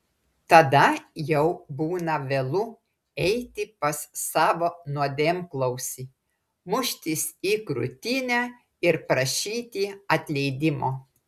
tada jau būna vėlu eiti pas savo nuodėmklausį muštis į krūtinę ir prašyti atleidimo